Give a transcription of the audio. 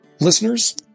listeners